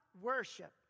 worship